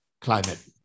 climate